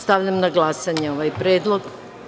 Stavljam na glasanje ovaj predlog.